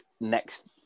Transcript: next